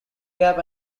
gap